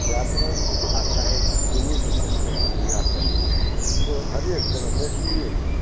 व्याकरण आओर साहित्य दुनू जे छै से अन्योन्याश्रय सम्बन्ध छै कोइ हरेक जेना मैथलिये छै